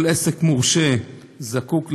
כל עסק מורשה זקוק לאשראי,